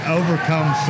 overcome